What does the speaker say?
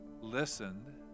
listened